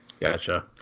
gotcha